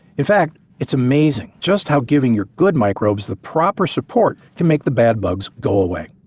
in fact it's amazing just how giving your good microbes the proper support can make the bad bugs go away.